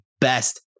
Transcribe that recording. best